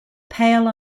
pale